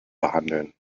behandeln